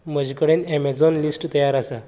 म्हजे कडेन Amazon list तयार आसा